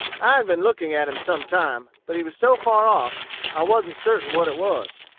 i had been looking at him some time, but he was so far off i wasn't certain what it was.